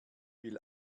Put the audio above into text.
will